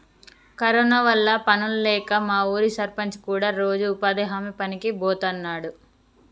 corona వల్ల పనుల్లేక మా ఊరి సర్పంచ్ కూడా రోజూ ఉపాధి హామీ పనికి బోతన్నాడు